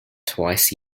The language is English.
twice